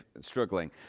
struggling